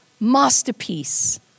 masterpiece